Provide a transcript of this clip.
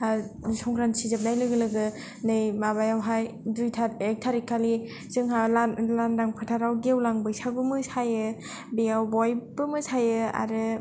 संक्रान्टि जोबनाय लोगो लोगो नै माबायावहाय दुथा एकथारिक खालि जोंहा लांदां फोथाराव गेवलां बैसागु मोसायो बेयाव बयबो मोसायो आरो